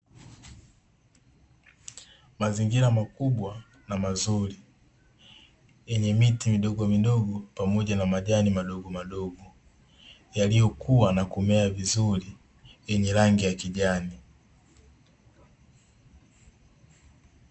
Mazingira makubwa na mazuri yenye miti midogomidogo pamoja na majani madogomadogo, yaliyokua na kumea vizuri yenye rangi ya kijani.